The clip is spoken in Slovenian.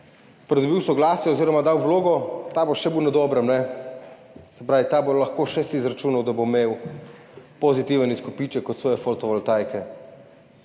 pridobil soglasje oziroma dal vlogo, ta bo še na boljšem, se pravi, ta si bo lahko še izračunal, da bo imel pozitiven izkupiček od svoje fotovoltaike,